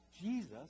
Jesus